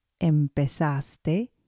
empezaste